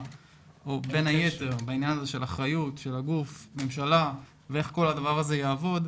בין היתר בעניין אחריות הגוף והממשלה ואיך כל הדבר הזה יעבוד,